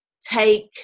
take